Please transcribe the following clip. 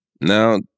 Now